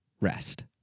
rest